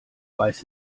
beiß